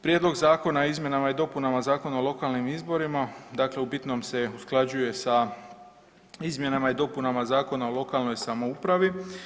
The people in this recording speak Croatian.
Prijedlog zakona o izmjenama i dopunama zakona o lokalnim izborima, dakle u bitnom se usklađuje sa izmjenama i dopunama Zakona o lokalnoj samoupravi.